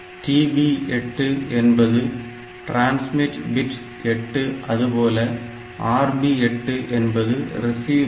TB8 என்பது transmit bit 8 அதுபோல RB8 என்பது ரிசீவ் பிட்